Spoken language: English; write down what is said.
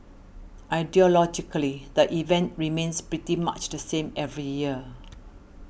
ideologically the event remains pretty much the same every year